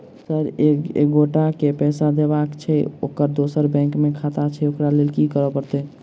Sir एक एगोटा केँ पैसा देबाक छैय ओकर दोसर बैंक मे खाता छैय ओकरा लैल की करपरतैय?